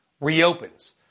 reopens